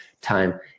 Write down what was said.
time